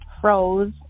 froze